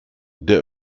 der